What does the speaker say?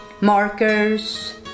markers